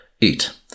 eat